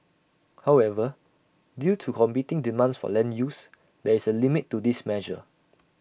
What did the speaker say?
however due to competing demands for land use there is A limit to this measure